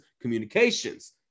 communications